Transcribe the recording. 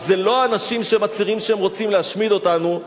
אז זה לא האנשים שמצהירים שהם רוצים להשמיד אותנו,